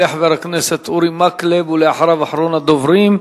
יעלה חבר הכנסת אורי מקלב, ואחריו, אחרון הדוברים,